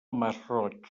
masroig